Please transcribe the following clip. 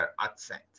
accent